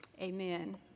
Amen